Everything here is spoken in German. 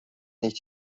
nicht